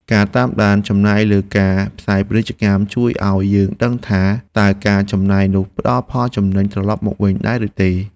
ការតាមដានចំណាយលើការផ្សាយពាណិជ្ជកម្មជួយឱ្យយើងដឹងថា តើការចំណាយនោះផ្ដល់ផលចំណេញត្រឡប់មកវិញដែរឬទេ។